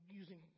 using